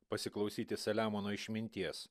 pasiklausyti saliamono išminties